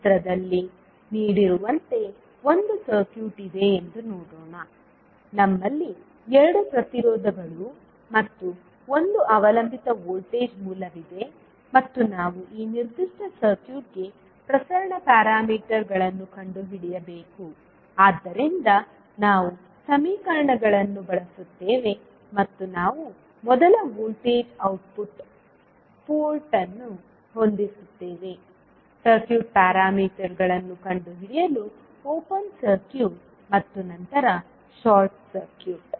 ಚಿತ್ರದಲ್ಲಿ ನೀಡಿರುವಂತೆ ಒಂದು ಸರ್ಕ್ಯೂಟ್ ಇದೆ ಎಂದು ನೋಡೋಣ ನಮ್ಮಲ್ಲಿ ಎರಡು ಪ್ರತಿರೋಧಗಳು ಮತ್ತು ಒಂದು ಅವಲಂಬಿತ ವೋಲ್ಟೇಜ್ ಮೂಲವಿದೆ ಮತ್ತು ನಾವು ಈ ನಿರ್ದಿಷ್ಟ ಸರ್ಕ್ಯೂಟ್ಗೆ ಪ್ರಸರಣ ಪ್ಯಾರಾಮೀಟರ್ಗಳನ್ನು ಕಂಡುಹಿಡಿಯಬೇಕು ಆದ್ದರಿಂದ ನಾವು ಸಮೀಕರಣಗಳನ್ನು ಬಳಸುತ್ತೇವೆ ಮತ್ತು ನಾವು ಮೊದಲ ವೋಲ್ಟೇಜ್ ಔಟ್ಪುಟ್ ಪೋರ್ಟ್ ಅನ್ನು ಹೊಂದಿಸುತ್ತೇವೆ ಸರ್ಕ್ಯೂಟ್ ಪ್ಯಾರಾಮೀಟರ್ಗಳನ್ನು ಕಂಡುಹಿಡಿಯಲು ಓಪನ್ ಸರ್ಕ್ಯೂಟ್ ಮತ್ತು ನಂತರ ಶಾರ್ಟ್ ಸರ್ಕ್ಯೂಟ್